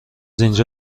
اینجا